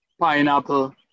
pineapple